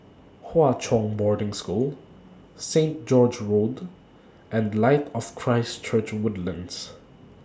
Hwa Chong Boarding School Saint George's Road and Light of Christ Church Woodlands